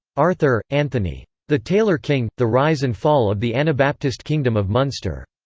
arthur, anthony. the tailor king the rise and fall of the anabaptist kingdom of munster.